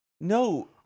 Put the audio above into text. No